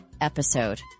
episode